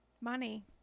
money